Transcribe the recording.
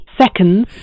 seconds